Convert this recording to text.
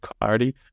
clarity